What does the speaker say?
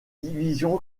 divisions